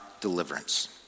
deliverance